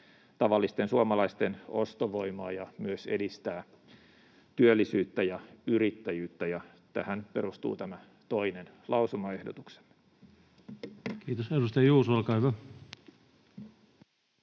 tavallisten suomalaisten ostovoimaa ja myös edistää työllisyyttä ja yrittäjyyttä, ja tähän perustuu tämä toinen lausumaehdotuksemme. Kiitos. — Edustaja Juuso, olkaa hyvä.